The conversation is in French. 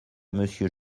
monsieur